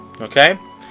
Okay